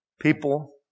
People